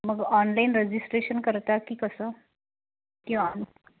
मग online registration करता की कसं की ऑन